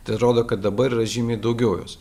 tai rodo kad dabar yra žymiai daugiau jos